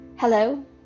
Hello